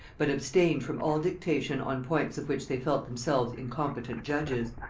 but abstained from all dictation on points of which they felt themselves incompetent judges.